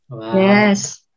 yes